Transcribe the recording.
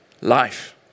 life